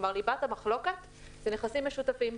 כלומר, ליבת המחלוקת זה נכסים משותפים.